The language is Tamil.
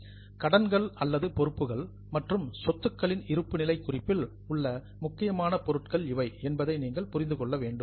லியாபிலிடீஸ் கடன்கள் அல்லது பொறுப்புகள் மற்றும் அசட்ஸ் சொத்துக்களின் இருப்புநிலை குறிப்பில் உள்ள முக்கியமான பொருட்கள் இவை என்பதை நீங்கள் புரிந்து கொண்டிருப்பீர்கள்